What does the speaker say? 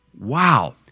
wow